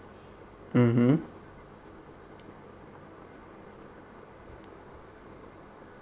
mmhmm